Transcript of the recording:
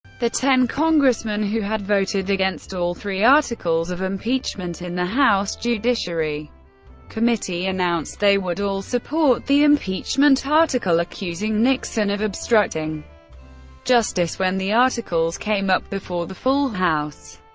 the ten congressmen who had voted against all three articles of impeachment in the house judiciary committee announced they would all support the impeachment article accusing nixon of obstructing justice when the articles came up before the full house.